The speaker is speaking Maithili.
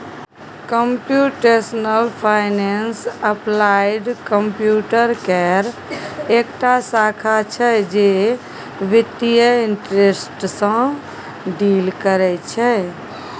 कंप्युटेशनल फाइनेंस अप्लाइड कंप्यूटर केर एकटा शाखा छै जे बित्तीय इंटरेस्ट सँ डील करय छै